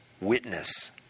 witness